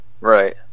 right